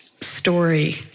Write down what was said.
story